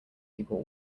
people